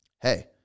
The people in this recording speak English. hey